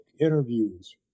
interviews